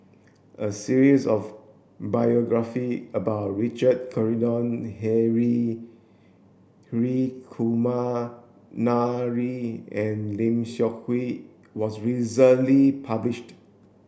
a series of biography about Richard Corridon Hri Kumar Nair and Lim Seok Hui was recently published